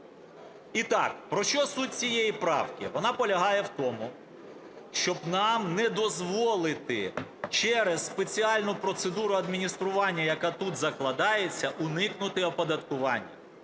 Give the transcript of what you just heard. І так, про що суть цієї правки? Вона полягає в тому, щоб нам не дозволити через спеціальну процедуру адміністрування, яка тут закладається, уникнути оподаткування.